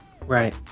Right